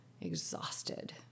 exhausted